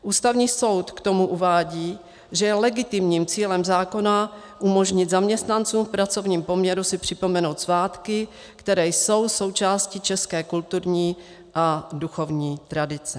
Ústavní soud k tomu uvádí, že je legitimním cílem zákona umožnit zaměstnancům v pracovním poměru si připomenout svátky, které jsou součástí české kulturní a duchovní tradice.